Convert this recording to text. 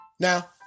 Now